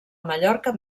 mallorca